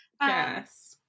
Yes